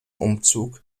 umzug